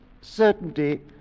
certainty